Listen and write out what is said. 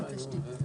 בסדר.